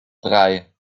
drei